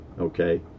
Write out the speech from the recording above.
okay